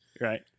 Right